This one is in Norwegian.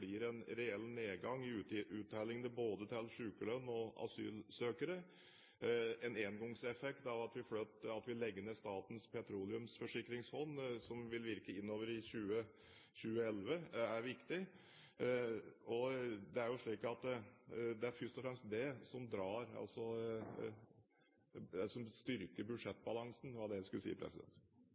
fått en sterk vekst i de underliggende skatteinntektene. Vi ser nå, mot slutten av året, at det blir en reell nedgang i uttellingen både til sykelønn og til asylsøkere. En engangseffekt av at vi legger ned Statens petroleumsforsikringsfond, som vil virke innover i 2011, er viktig, og det er først og fremst det som styrker budsjettbalansen. Jeg